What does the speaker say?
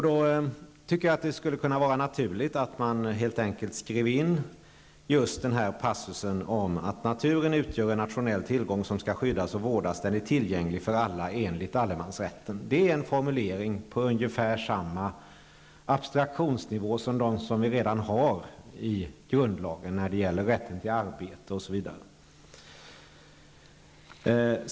Då tycker jag att det skulle kunna vara naturligt att man helt enkelt skrev in i grundlagen just passusen om att naturen utgör en nationell tillgång som skall skyddas och vårdas och att den är tillgänglig för alla enligt allemansrätten. Det är en formulering på ungefär samma abstraktionsnivå som dem vi redan har i grundlagen när det gäller rätten till arbete, osv.